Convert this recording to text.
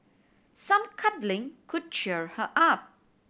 some cuddling could cheer her up